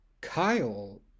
Kyle